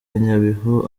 nyabihu